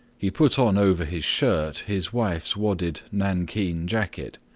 he put on over his shirt his wife's wadded nankeen jacket,